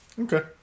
Okay